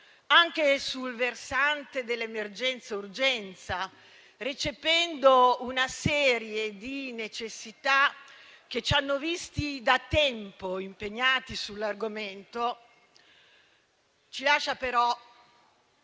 anche sul versante dell'emergenza e urgenza, recependo una serie di necessità che ci hanno visti da tempo impegnati sull'argomento, ci lascia però